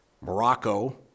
Morocco